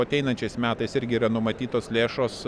ateinančiais metais irgi yra numatytos lėšos